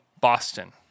Boston